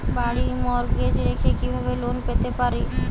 বাড়ি মর্টগেজ রেখে কিভাবে লোন পেতে পারি?